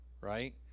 right